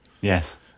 Yes